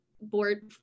board